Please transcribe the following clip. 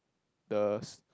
the s~